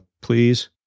please